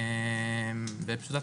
אני,